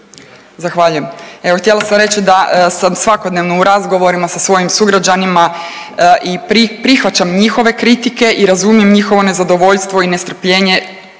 Zahvaljujem. Evo, htjela reći da sam svakodnevno u razgovorima sa svojim sugrađanima i prihvaćam njihove kritike i razumijem njihovo nezadovoljstvo i nestrpljenje.